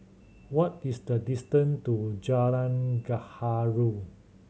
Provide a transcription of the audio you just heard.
what is the distance to Jalan Gaharu